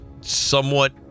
somewhat